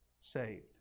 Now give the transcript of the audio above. saved